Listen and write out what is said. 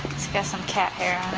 it's got some cat hair